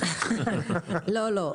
לא, לא.